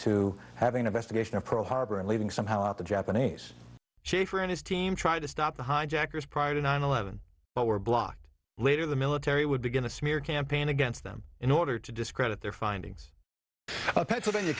to having investigation of pro harbor and leaving somehow the japanese schaffer and his team try to stop the hijackers prior to nine eleven but were blocked later the military would begin a smear campaign against them in order to discredit their findings pennsylvania